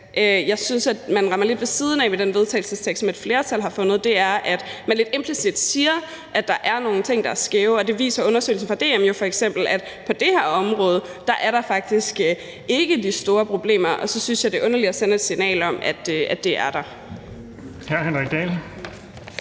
jeg synes, man rammer lidt ved siden af med det forslag til vedtagelse, som et flertal har skrevet, er, at man lidt implicit siger, at der er nogle ting, der er skæve. Og undersøgelser fra DM viser jo f.eks., at på det her område er der faktisk ikke de store problemer, og så synes jeg, det er underligt at sende et signal om, at det er der. Kl. 13:27 Den